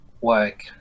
work